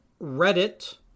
reddit